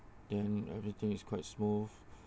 then everything is quite smooth